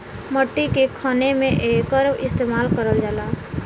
मट्टी के खने में एकर इस्तेमाल करल जाला